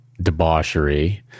debauchery